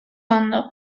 ondo